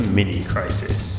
Mini-Crisis